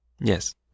Yes